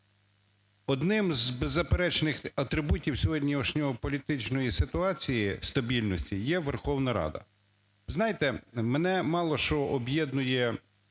Одним з заперечних атрибутів сьогоднішньої політичної ситуації стабільності є Верховна Рада.